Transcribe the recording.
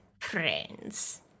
friends